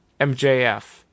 MJF